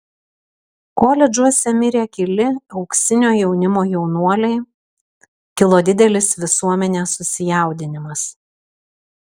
koledžuose mirė keli auksinio jaunimo jaunuoliai kilo didelis visuomenės susijaudinimas